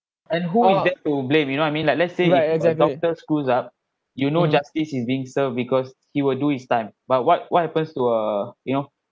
and who is that to blame you know I mean like let's say if a doctor screws up you know justice is being served because he will do his time but what what happens to a you know